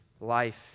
life